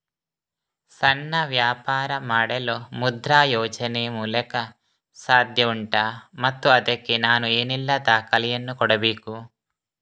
ಸಣ್ಣ ವ್ಯಾಪಾರ ಮಾಡಲು ಮುದ್ರಾ ಯೋಜನೆ ಮೂಲಕ ಸಾಧ್ಯ ಉಂಟಾ ಮತ್ತು ಅದಕ್ಕೆ ನಾನು ಏನೆಲ್ಲ ದಾಖಲೆ ಯನ್ನು ಕೊಡಬೇಕು?